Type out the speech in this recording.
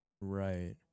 Right